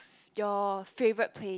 your favourite place